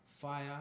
fire